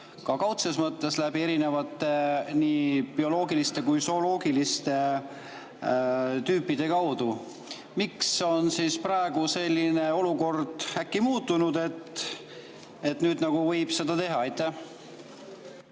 ka kaudses mõttes erinevate nii bioloogiliste kui ka zooloogiliste tüüpide tõttu. Miks on praegu olukord äkki muutunud, et nüüd nagu võib seda teha? Aitäh